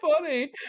funny